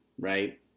right